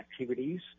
activities